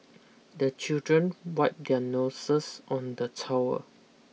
the children wipe their noses on the towel